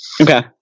Okay